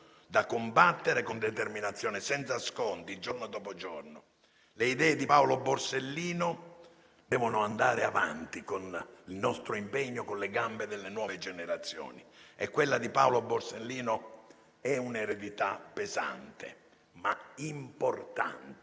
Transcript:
da combattere con determinazione, senza sconti, giorno dopo giorno. Le idee di Paolo Borsellino devono andare avanti con il nostro impegno, con le gambe delle nuove generazioni. Quella di Paolo Borsellino è un'eredità pesante, ma importante,